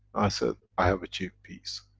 i said, i have achieved peace.